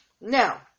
now